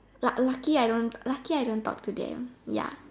luck lucky I don't lucky I don't talk to them ya